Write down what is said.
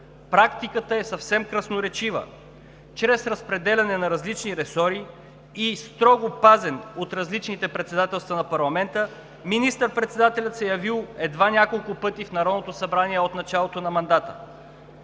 Практиката е съвсем красноречива – чрез разпределяне на различни ресори и строго пазен от различните председателства на парламента, министър-председателят се е явил едва няколко пъти в Народното събрание от началото на мандата.